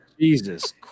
Jesus